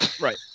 Right